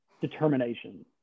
determination